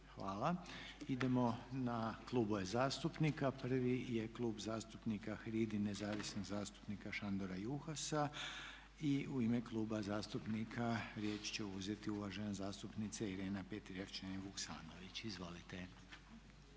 Hvala. Idemo na klubove zastupnika. Prvi je Klub zastupnika HRID-i i nezavisnog zastupnika Šandora Juhasa i u ime Kluba zastupnika riječ će uzeti uvažena zastupnica Irena Petrijevčanin Vuksanović.